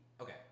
Okay